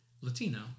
latino